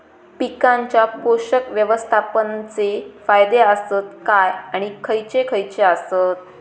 पीकांच्या पोषक व्यवस्थापन चे फायदे आसत काय आणि खैयचे खैयचे आसत?